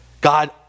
God